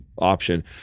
option